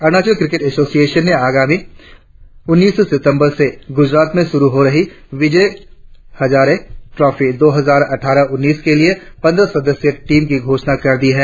Arunachal cricket association ने आगामी उन्नीस सितंबर से गुजरात में शुरु हो रही विजय हजारे ट्रॉफी दो हजार अट्ठारह उन्नीस के लिए पंद्रह सदस्यीय टीम की घोषणा कर दी है